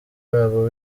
wabo